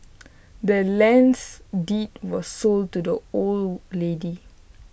the land's deed was sold to the old lady